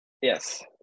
Yes